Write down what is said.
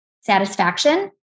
satisfaction